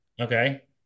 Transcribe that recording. Okay